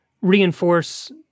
reinforce